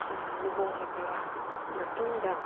ꯂꯨꯍꯣꯡꯂꯕ ꯃꯇꯨꯡꯗ